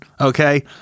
okay